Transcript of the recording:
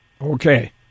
Okay